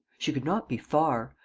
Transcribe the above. she could not be far.